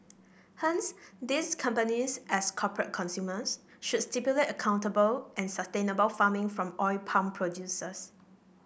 hence these companies as corporate consumers should stipulate accountable and sustainable farming from oil palm producers